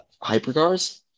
Hypercars